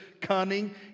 cunning